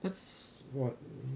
that's what